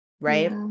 right